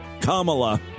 Kamala